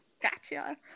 Gotcha